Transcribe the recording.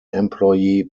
employee